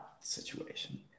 situation